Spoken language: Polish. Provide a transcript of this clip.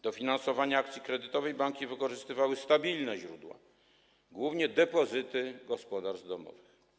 Do finansowania akcji kredytowej banki wykorzystywały stabilne źródła, głównie depozyty gospodarstw domowych.